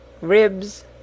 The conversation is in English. RIBS